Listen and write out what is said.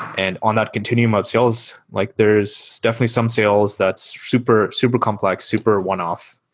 and on that continuum of sales, like there is definitely some sales that's super super complex, super one-off,